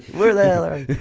where the hell are